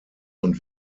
und